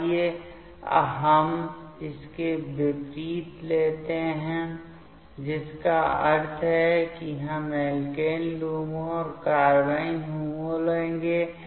आइए हम इसके विपरीत लेते हैं जिसका अर्थ है कि हम एल्केन LUMO और कार्बाइन HOMO लेंगे